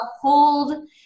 hold